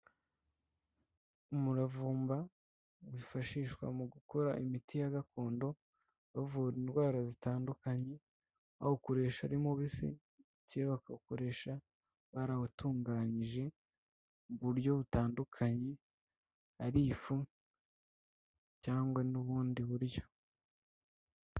Umuravumba wifashishwa mu gukora imiti ya gakondo, bavura indwara zitandukanye, bawukoresha ari mubisi cyangwa bakawukoresha barawutunganyije mu buryo butandukanye, ari ifu cyangwa n'ubundi buryo.